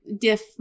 diff